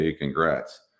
congrats